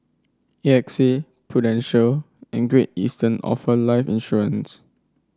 A X A Prudential and Great Eastern offer life insurance